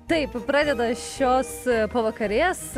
taip pradeda šios pavakarės